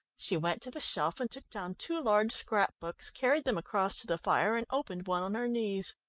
she went to the shelf, and took down two large scrap-books, carried them across to the fire, and opened one on her knees.